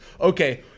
Okay